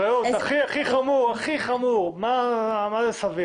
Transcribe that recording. הכי חמור, מה זה סביר?